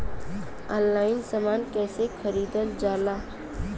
Online समान कैसे खरीदल जाला?